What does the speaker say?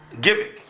giving